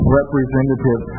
representative